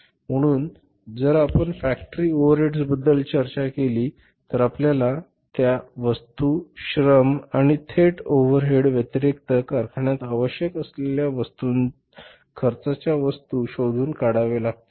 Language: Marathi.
म्हणून जर आपण फॅक्टरीच्या ओव्हरहेड्सबद्दल चर्चा केली तर आपल्याला त्या वस्तू श्रम आणि थेट ओव्हरहेड व्यतिरिक्त कारखान्यात आवश्यक असलेल्या खर्चाच्या वस्तू शोधून काढाव्या लागतील